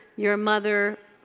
your mother,